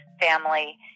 family